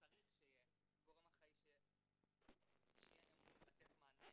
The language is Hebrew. צריך שיהיה גורם אחראי שיהיה אמון לתת מענה